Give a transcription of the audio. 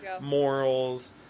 morals